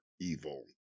evil